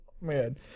Man